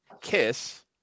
Kiss